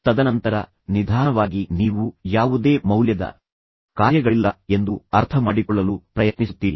ತದನಂತರ ನಿಧಾನವಾಗಿ ನೀವು ಯಾವುದೇ ಮೌಲ್ಯದ ಕಾರ್ಯಗಳಿಲ್ಲ ಎಂದು ಅರ್ಥಮಾಡಿಕೊಳ್ಳಲು ಪ್ರಯತ್ನಿಸುತ್ತೀರಿ